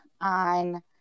on